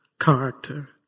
character